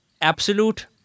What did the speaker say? absolute